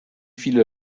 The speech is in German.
viele